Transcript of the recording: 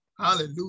Hallelujah